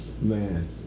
man